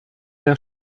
der